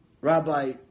rabbi